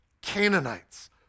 Canaanites